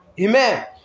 Amen